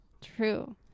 True